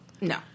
No